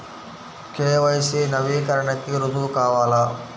KYC నవీకరణకి రుజువు కావాలా?